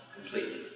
completely